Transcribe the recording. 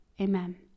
amen